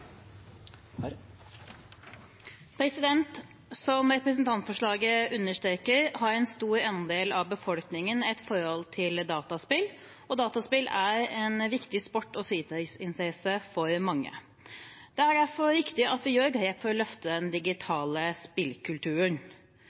representantforslaget understreker, har en stor andel av befolkningen et forhold til dataspill, og dataspill er en viktig sport og fritidsinteresse for mange. Det er derfor viktig at vi gjør grep for å løfte den digitale spillkulturen.